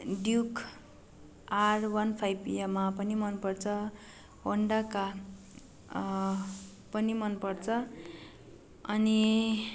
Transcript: duke R one five Yamaha पनि मनपर्छ होन्डाका पनि मनपर्छ अनि